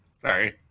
Sorry